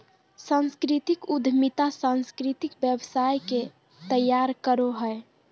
सांस्कृतिक उद्यमिता सांस्कृतिक व्यवसाय के तैयार करो हय